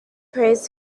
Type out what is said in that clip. prays